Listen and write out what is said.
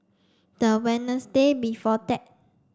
the Wednesday before that